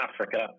Africa